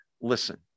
Listen